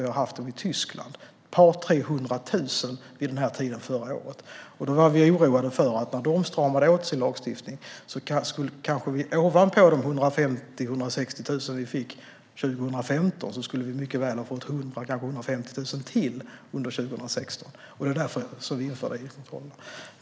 Vid den här tiden förra året var det 200 000-300 000. Då var vi oroade för att vi, när de stramade åt sin lagstiftning, ovanpå de 150 000-160 000 som vi fick 2015 mycket väl skulle kunna få 100 000 eller kanske 150 000 till under 2016. Det var därför vi införde id-kontrollerna.